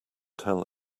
tell